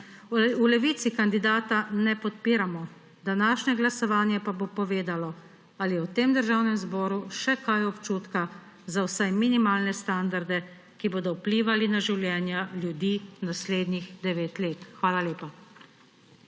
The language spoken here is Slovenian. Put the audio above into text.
V Levici kandidata ne podpiramo. Današnje glasovanje pa bo povedalo, ali v tem Državnem zboru še kaj občutka za vsaj minimalne standarde, ki bodo vplivali na življenja ljudi naslednjih devet let. Hvala lepa.